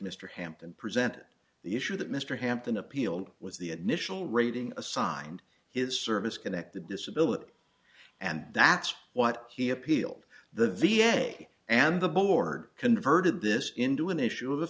mr hampton presented the issue that mr hampton appealed was the initial rating assigned his service connected disability and that's what he appealed the v a and the board converted this into an issue of